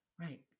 Right